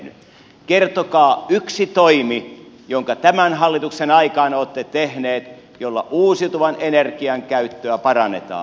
kertokaa yksi sellainen toimi jonka tämän hallituksen aikana olette tehnyt jolla uusiutuvan energian käyttöä parannetaan